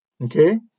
Okay